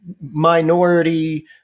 minority